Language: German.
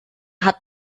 hat